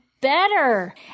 Better